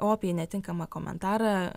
o apie netinkamą komentarą